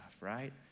right